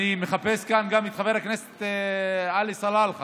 אני מחפש כאן גם את חבר הכנסת עלי סלאלחה.